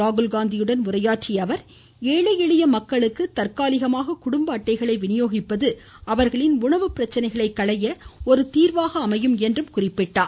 ராகுல் காந்தியுடன் உரையாற்றிய அவர் ஏழை எளிய மக்களுக்கு தற்காலிகமாக குடும்ப அட்டைகளை விநியோகிப்பது அவர்களின் உணவு பிரச்சனைகளை களைய ஒரு தீர்வாக அமையும் என்று குறிப்பிட்டார்